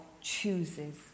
chooses